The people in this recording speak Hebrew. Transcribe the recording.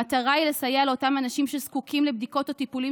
המטרה היא לסייע לאותם אנשים שזקוקים לבדיקות או טיפולים